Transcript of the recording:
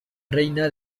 reina